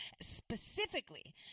specifically